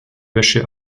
wäsche